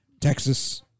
Texas